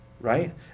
Right